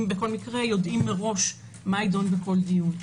בכל מקרה יודעים מראש מה יידון בכל דיון.